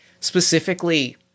specifically